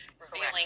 revealing